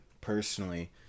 personally